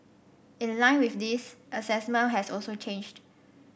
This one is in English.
in line with this assessment has also changed